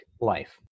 life